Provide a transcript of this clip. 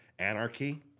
Anarchy